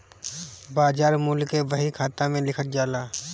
बाजार मूल्य के बही खाता में लिखल जाला